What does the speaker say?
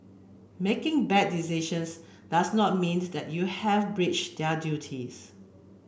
making bad decisions does not mean that you have breach their duties